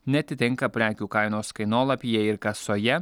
neatitinka prekių kainos kainolapyje ir kasoje